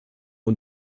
und